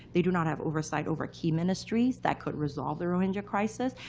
they do not have oversight over key ministries that could resolve the rohingya crisis.